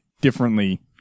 differently